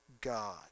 God